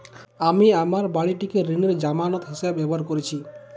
আমি আমার বাড়িটিকে ঋণের জামানত হিসাবে ব্যবহার করেছি